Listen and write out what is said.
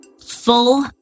Full